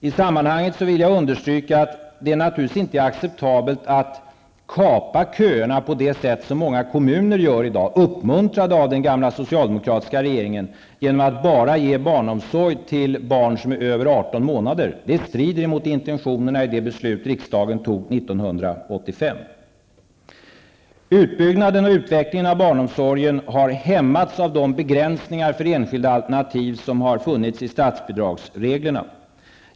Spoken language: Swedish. I sammanhanget vill jag nämna att det enligt vår mening inte är acceptabelt att kapa köerna på det sätt som många kommuner gör i dag, uppmuntrade av den gamla socialdemokratiska regeringen, genom att bara ge barnomsorg till barn som är över 18 månader. Det strider mot intentionerna i det beslut som riksdagen fattade 1985. Utbyggnaden och utvecklingen av barnomsorgen har hämmats av de begränsningar för enskilda alternativ som funnits i statsbidragsreglerna.